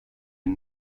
and